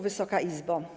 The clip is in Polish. Wysoka Izbo!